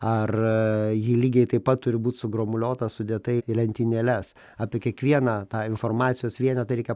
ar ji lygiai taip pat turi būt sugromuliuota sudėta į lentynėles apie kiekvieną tą informacijos vienetą reikia